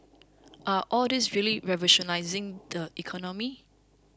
are all these really revolutionising the economy